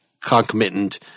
concomitant